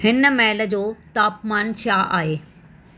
हिनमहिल जो तापमान छा आहे